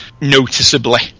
noticeably